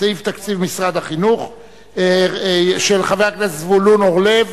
חישוב הכנסה מרנטה לצורך קביעת זכאות ניצולי השואה לגמלת